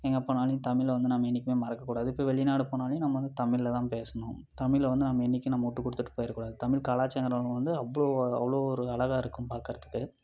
எங்கே போனாலும் தமிழை வந்து நம்ம என்னிக்குமே மறக்கக் கூடாது இப்போது வெளிநாடு போனாலும் நம்ம வந்து தமிழில் தான் பேசணும் தமிழை வந்து நம்ம என்னிக்கும் நம்ம விட்டு கொடுத்துட்டு போயிட கூடாது தமிழ் கலாச்சாரம் வந்து அவ்வளோ அவ்வளோ ஒரு அழகாக இருக்கும் பார்க்கறதுக்கு